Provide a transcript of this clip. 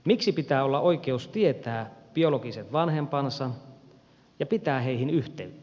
miksi pitää olla oikeus tietää biologiset vanhempansa ja pitää heihin yhteyttä